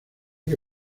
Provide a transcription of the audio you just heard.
que